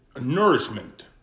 Nourishment